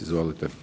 Izvolite.